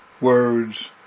Words